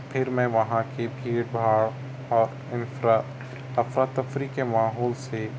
پھر میں وہاں کی بھیڑ بھاڑ اور اِنفرا افراتفری کے ماحول سے